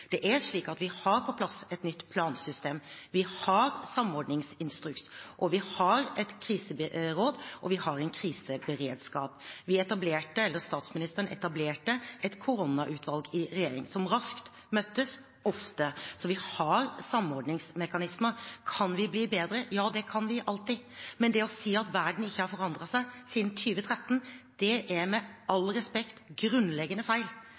det gjør vi fortsatt. Det er slik at vi har på plass et nytt plansystem. Vi har en samordningsinstruks. Vi har et kriseråd, og vi har en kriseberedskap. Statsministeren etablerte et koronautvalg i regjeringen som raskt møttes, ofte. Så vi har samordningsmekanismer. Kan vi bli bedre? Ja, det kan vi alltid, men det å si at verden ikke har forandret seg siden 2013, er med all respekt grunnleggende feil.